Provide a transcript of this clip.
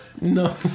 No